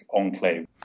enclave